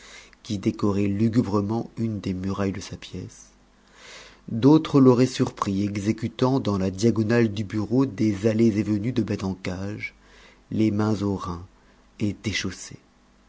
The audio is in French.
qui décorait lugubrement une des murailles de sa pièce d'autres l'auraient surpris exécutant dans la diagonale du bureau des allées et venues de bête en cage les mains aux reins et